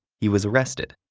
he was arrested.